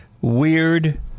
weird